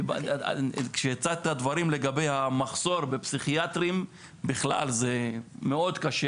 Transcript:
כשהצגת את הדברים לגבי המחסור בפסיכיאטרים בכלל זה מאוד קשה.